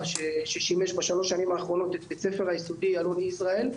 ששימש בשלוש השנים האחרונות את בית הספר היסודי "אלון ישראל".